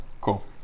Cool